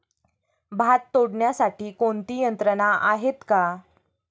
भात तोडण्यासाठी कोणती यंत्रणा आहेत का?